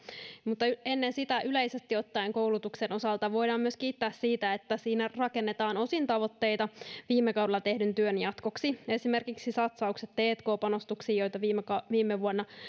mutta ennen sitä yleisesti ottaen koulutuksen osalta voidaan myös kiittää siitä että siinä rakennetaan osin tavoitteita viime kaudella tehdyn työn jatkoksi esimerkiksi satsaukset tk panostuksiin joita viime vuonna